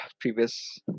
previous